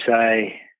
say